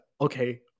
okay